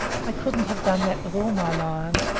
i couldn't have done that with all my lions,